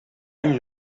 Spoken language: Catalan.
any